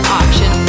option